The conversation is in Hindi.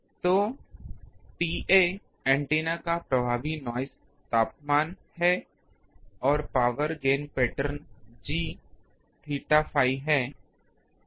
तो TA ऐन्टेना का प्रभावी नॉइस तापमान है और power gain pattern G theta phi है